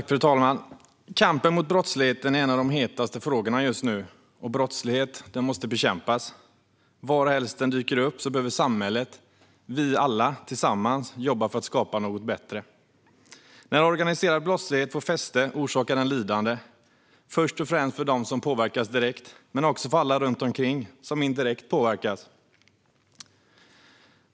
Fru talman! Kampen mot brottsligheten är en av de hetaste frågorna just nu, och brottslighet måste bekämpas. Varhelst den dyker upp behöver samhället, vi alla tillsammans, jobba för att skapa något bättre. När organiserad brottslighet får fäste orsakar den lidande - först och främst för dem som påverkas direkt, men också för alla runt omkring som indirekt påverkas.